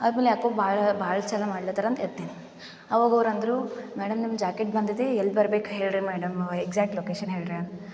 ಆದ್ಮೇಲೆ ಯಾಕೋ ಭಾಳ ಭಾಳ್ ಸಲ ಮಾಡ್ಲತರಂತ ಎತ್ತೀನಿ ಅವಾಗ ಅವರು ಅಂದರು ಮೇಡಂ ನಿಮ್ಮ ಜಾಕೆಟ್ ಬಂದಿದೆ ಎಲ್ಲಿ ಬರಬೇಕು ಹೇಳಿರಿ ಮೇಡಂ ಎಕ್ಸಾಕ್ಟ್ ಲೊಕೇಶನ್ ಹೇಳಿರಿ